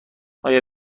آیا